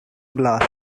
glass